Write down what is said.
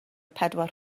pedwar